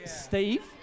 Steve